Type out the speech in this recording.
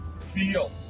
feel